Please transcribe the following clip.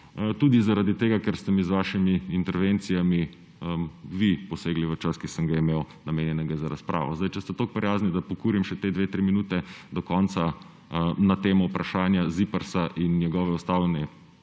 tudi zaradi tega, ker ste mi z vašimi intervencijami vi posegli v čas, ki sem ga imel namenjenega za razpravo. Če ste toliko prijazni, da pokurim še te 2, 3 minute do konca na temo vprašanja ZIPRS in njegove ustavne